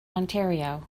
ontario